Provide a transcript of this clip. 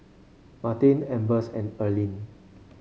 Martin Ambers and Earlean